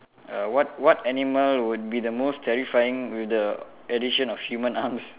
err what what animal would be the most terrifying with the addition of human arms